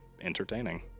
entertaining